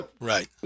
Right